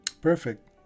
Perfect